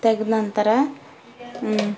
ತೆಗೆದ ನಂತರ